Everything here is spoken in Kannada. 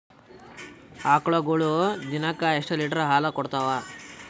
ಆಕಳುಗೊಳು ದಿನಕ್ಕ ಎಷ್ಟ ಲೀಟರ್ ಹಾಲ ಕುಡತಾವ?